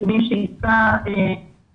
זה נותן איזשהו מענה, אבל הוא